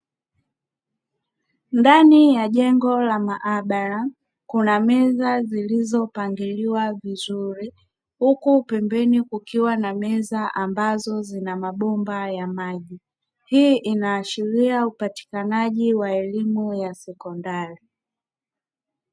Ndani ya jengo la maabara kuna meza zilizo pangiliwa vizuri huku pembeni kukiwa na meza ambazo zina mabomba ya maji. Hii inaashiria upatikanaji wa elimu ya sekondari.